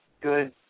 good